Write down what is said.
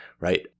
right